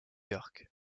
york